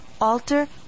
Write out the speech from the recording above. alter